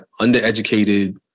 undereducated